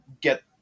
get –